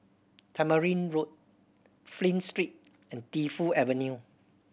Tamarind Road Flint Street and Defu Avenue